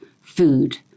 food